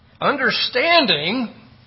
Understanding